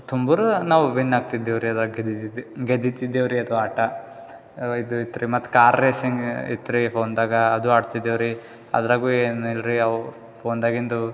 ತುಂಬಿರೆ ನಾವು ವಿನ್ ಆಗ್ತಿದ್ದೇವ್ರಿ ಅದರಾಗೆ ಗೆದ್ದಿದಿದ್ದು ಗೆದ್ದಿತ್ತಿದ್ದೇವ್ರಿ ಅದು ಆಟ ಇದು ಇತ್ತು ರೀ ಮತ್ತು ಕಾರ್ ರೇಸಿಂಗ್ ಇತ್ತು ರೀ ಫೋನ್ನಾಗ ಅದು ಆಡ್ತಿದ್ದೇವ್ರಿ ಅದರಾಗು ಏನು ಇಲ್ರಿ ಅವ ಫೋನ್ನಾಗಿಂದು